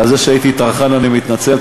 ועל זה שהייתי טרחן אני מתנצל.